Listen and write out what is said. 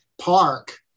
park